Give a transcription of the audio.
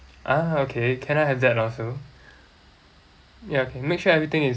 ah okay can I have that also ya K make sure everything is